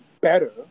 better